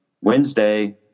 Wednesday